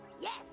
Yes